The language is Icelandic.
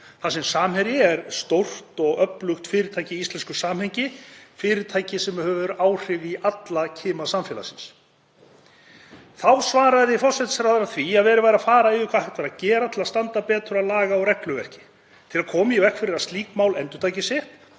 þar sem Samherji er stórt og öflugt fyrirtæki í íslensku samhengi, fyrirtæki sem hefur áhrif í alla kima samfélagsins. Þá svaraði forsætisráðherra því að verið væri að fara yfir hvað hægt væri að gera til að standa betur að laga- og regluverki til að koma í veg fyrir að slík mál endurtækju sig.